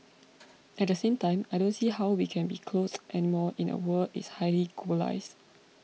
at the same time I don't see how we can be closed anymore in a world is highly globalised